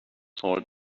sort